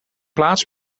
plaats